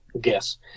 guess